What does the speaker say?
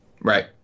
Right